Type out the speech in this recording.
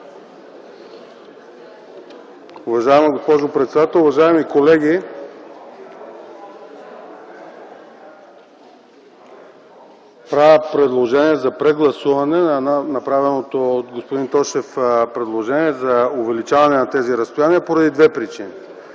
Уважаема госпожо председател, уважаеми колеги! Правя предложение за прегласуване на направеното от господин Тошев предложение за увеличаване на тези разстояния поради две причини.